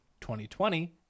2020